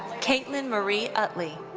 katelyn marie utley.